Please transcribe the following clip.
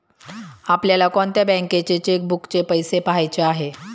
आपल्याला कोणत्या बँकेच्या चेकबुकचे पैसे पहायचे आहे?